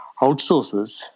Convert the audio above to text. outsources